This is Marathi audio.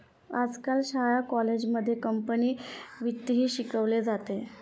आजकाल शाळा कॉलेजांमध्ये कंपनी वित्तही शिकवले जाते